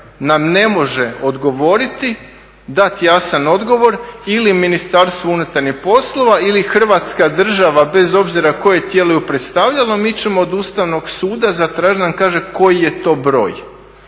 nam ne može odgovoriti, dati jasan odgovor ili Ministarstvo unutarnjih poslova ili Hrvatska država bez obzira koje tijelo ju predstavljalo, mi ćemo od Ustavnog suda zatražiti da nam kaže